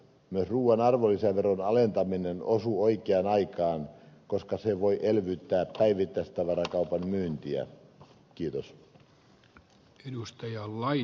myös ruuan arvonlisäveron alentaminen osuu oikeaan aikaan koska se voi elvyttää päivittäistavarakaupan myyntiä